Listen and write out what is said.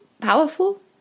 powerful